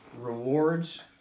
rewards